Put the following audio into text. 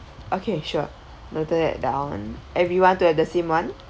okay sure noted down everyone to have the same one